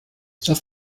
darf